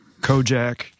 Kojak